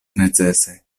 necese